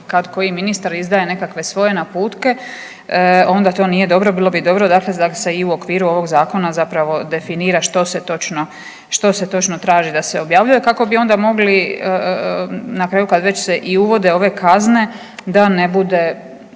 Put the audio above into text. kad koji ministar izdaje nekakve svoje naputke onda to nije dobro, bilo bi dobro dakle da se i u okviru ovog zakona zapravo definira što se točno, što se točno traži da se objavljuje kako bi onda mogli na kraju kad već se i uvode ove kazne da ne bude